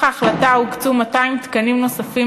על סמך ההחלטה הוקצו 200 תקנים נוספים